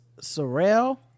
Sorrel